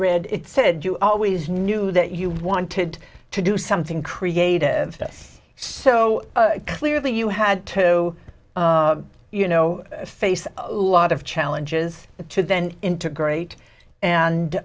read it said you always knew that you wanted to do something creative that so clearly you had turbo you know face a lot of challenges to then integrate